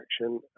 action